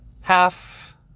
half